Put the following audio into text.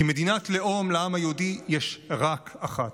כי מדינת לאום לעם היהודי יש רק אחת.